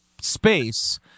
space